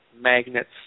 magnets